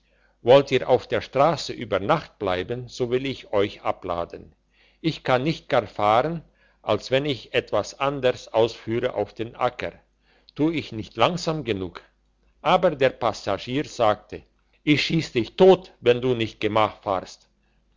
wollt ihr auf der strasse über nacht bleiben so will ich euch abladen ich kann nicht gar fahren als wenn ich etwas anders ausführte auf den acker tu ich nicht langsam genug aber der passagier sagte ich schiess dich tot wenn du nicht gemach fahrst